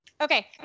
Okay